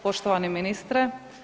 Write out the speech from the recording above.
Poštovani ministre.